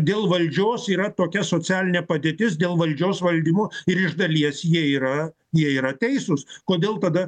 dėl valdžios yra tokia socialinė padėtis dėl valdžios valdymo ir iš dalies jie yra jie yra teisūs kodėl tada